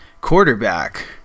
quarterback